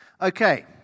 Okay